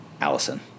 Allison